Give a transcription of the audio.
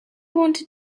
wanted